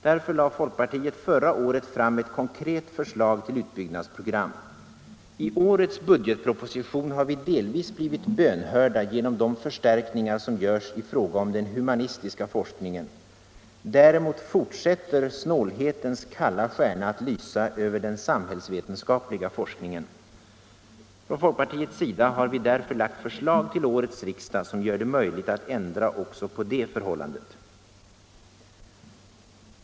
Därför lade folkpartiet förra året fram ett konkret förslag till utbyggnadsprogram. I årets budgetproposition har vi delvis blivit bönhörda genom de förstärkningar som görs i fråga om den humanistiska forskningen. Däremot fortsätter snålhetens kalla stjärna att lysa över den samhällsvetenskapliga forskningen. Från folkpartiets sida har vi till årets riksdag framlagt förslag som gör det möjligt att ändra också på detta förhållande.